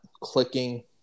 clicking